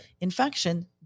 infection